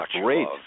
Great